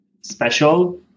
special